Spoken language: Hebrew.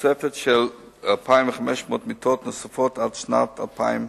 ותוספת של 2,500 מיטות נוספות עד שנת 2025,